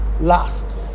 Last